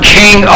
king